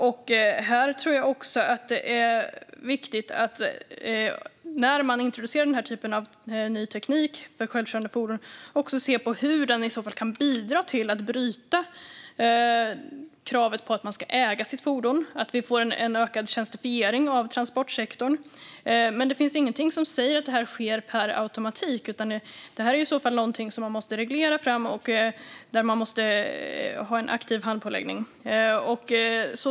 När denna typ av ny teknik för självkörande fordon introduceras tror jag också att det är viktigt att se på hur den nya tekniken kan bidra till att bryta kravet på att människor ska äga sitt fordon och bidra till att vi får en ökad tjänstifiering av transportsektorn. Det finns dock ingenting som säger att detta sker per automatik, utan det är i så fall någonting som man måste reglera fram och där man måste ha en aktiv handpåläggning.